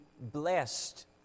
blessed